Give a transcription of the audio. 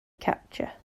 capture